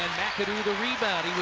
mcadoo, the rebound.